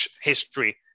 history